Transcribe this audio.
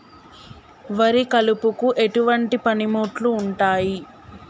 వరి కలుపుకు ఎటువంటి పనిముట్లు ఉంటాయి?